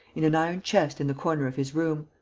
in an iron chest in the corner of his room.